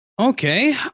Okay